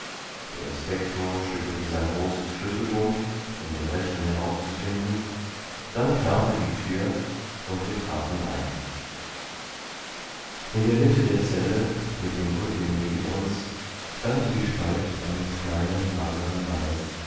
der inspektor schüttelte sein großes schlüsselbund um den rechten herauszufinden dann knarrte die tür und wir traten ein in der mitte der zelle mit dem rücken gegen uns stand die gestalt eines kleinen mageren mannes